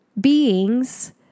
beings